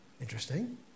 Interesting